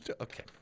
Okay